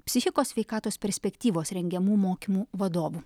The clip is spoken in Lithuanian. psichikos sveikatos perspektyvos rengiamų mokymų vadovų